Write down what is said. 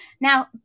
Now